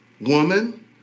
Woman